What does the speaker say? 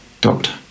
Doctor